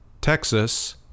Texas